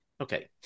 Okay